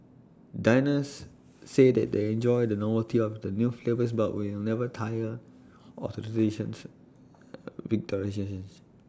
diners say that they enjoy the novelty of the new flavours but will never tire of the relations